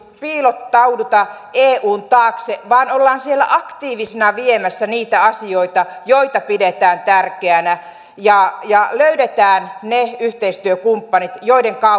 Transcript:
piilottauduta eun taakse vaan ollaan siellä aktiivisena viemässä eteenpäin niitä asioita joita pidetään tärkeinä ja ja löydetään ne yhteistyökumppanit joiden